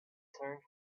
turf